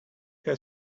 had